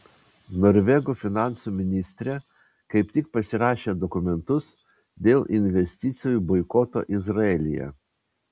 norvegų finansų ministrė kaip tik pasirašė dokumentus dėl investicijų boikoto izraelyje